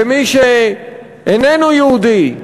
למי שאיננו יהודי?